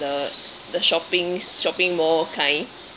the the shopping shopping mall kind